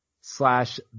slash